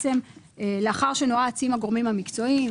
לאחר שנועץ עם הגורמים המקצועיים,